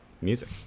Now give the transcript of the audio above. music